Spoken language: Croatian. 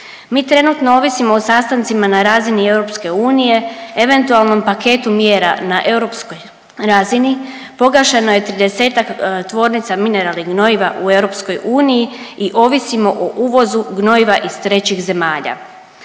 Mi trenutno ovisimo o sastancima na razini EU, eventualnom paketu mjera na europskoj razini, pogašeno je 30-ak tvornica mineralnih gnojiva u EU i ovisimo o uvozu gnojiva iz trećih zemalja.